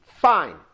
Fine